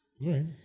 right